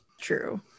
True